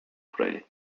pray